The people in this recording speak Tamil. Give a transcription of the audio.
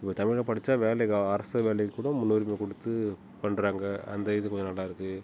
நம்ம தமிழில் படிச்சால் வேலைக்கு அரசு வேலைக்கு கூட முன்னுரிமை கொடுத்து பண்ணுறாங்க அந்த இது கொஞ்சம் நல்லாருக்கு